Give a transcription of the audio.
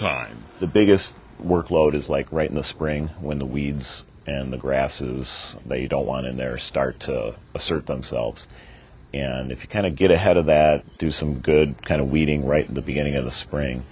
time the biggest work load is like right in the spring when the weeds and the grasses they don't want in there start a certain selves and if you kind of get ahead of that do some good kind of weeding right at the beginning of the spring